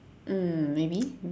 mm maybe